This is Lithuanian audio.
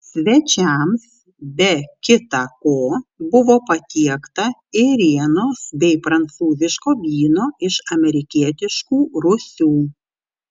svečiams be kita ko buvo patiekta ėrienos bei prancūziško vyno iš amerikietiškų rūsių